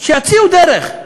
שיציעו דרך.